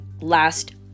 last